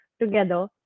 together